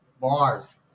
Bars